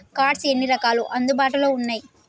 Cards ఎన్ని రకాలు అందుబాటులో ఉన్నయి?